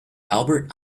albert